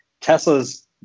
Tesla's